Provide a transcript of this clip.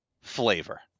flavor